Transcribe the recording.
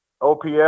OPS